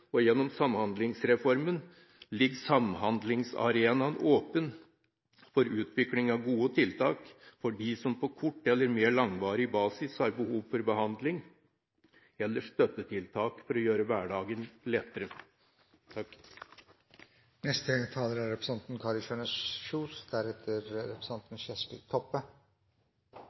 og gjennom Samhandlingsreformen ligger samhandlingsarenaen åpen for utvikling av gode tiltak for dem som på kort eller mer langvarig basis har behov for behandling eller støttetiltak for å gjøre hverdagen lettere. Psykiske lidelser er